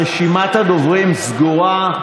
רשימת הדוברים סגורה.